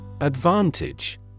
Advantage